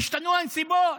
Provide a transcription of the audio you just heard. והשתנו הנסיבות,